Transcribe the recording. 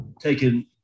taken